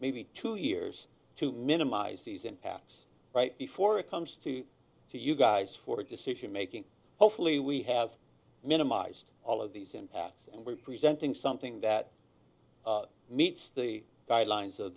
maybe two years to minimize these impacts right before it comes to you guys for decision making hopefully we have minimized all of these impacts and we're presenting something that meets the guidelines of